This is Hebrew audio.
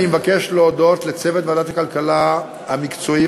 אני מבקש להודות לצוות ועדת הכלכלה המקצועי